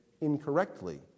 incorrectly